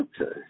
Okay